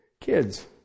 Kids